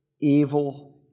evil